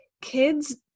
kids